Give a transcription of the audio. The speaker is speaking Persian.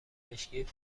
مشکی